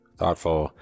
thoughtful